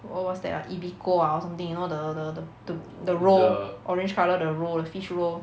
what what's that ah ebiko ah or something you know the the the the the roe orange colour the roe fish roe